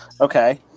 Okay